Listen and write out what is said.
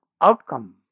outcome